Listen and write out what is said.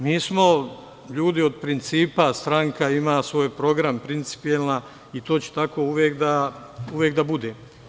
Mi smo ljudi od principa, stranka ima svoj program, principijelan i to će tako uvek da bude.